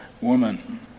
woman